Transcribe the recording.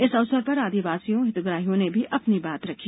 इस अवसर पर आदिवासियों हितग्राहियों ने भी अपनी बात रखी